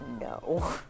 No